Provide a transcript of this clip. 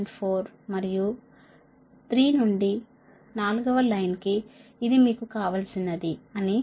4 మరియు 3 నుండి 4 వ లైన్ కి ఇది మీకు కావలసినది అని j 0